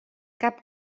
cap